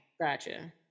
gotcha